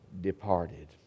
departed